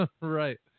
Right